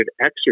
exercise